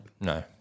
No